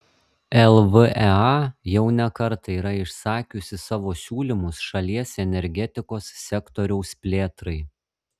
lvea jau ne kartą yra išsakiusi savo siūlymus šalies energetikos sektoriaus plėtrai